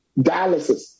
dialysis